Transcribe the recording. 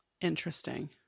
Interesting